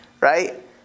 right